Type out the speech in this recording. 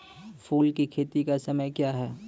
फुल की खेती का समय क्या हैं?